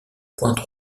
pointe